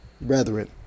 brethren